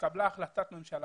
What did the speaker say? התקבלה עכשיו החלטת ממשלה,